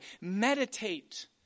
meditate